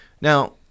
Now